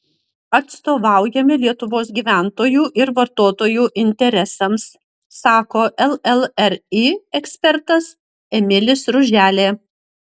atstovaujame lietuvos gyventojų ir vartotojų interesams sako llri ekspertas emilis ruželė